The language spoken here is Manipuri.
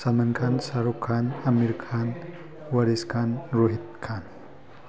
ꯁꯜꯃꯥꯟ ꯈꯥꯟ ꯁꯔꯨꯛ ꯈꯥꯟ ꯑꯃꯤꯔ ꯈꯥꯟ ꯋꯥꯔꯤꯁ ꯈꯥꯟ ꯔꯣꯍꯤꯠ ꯈꯥꯟ